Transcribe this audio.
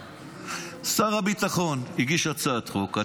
שר הביטחון הגיש הצעת חוק,